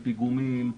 פיגומים,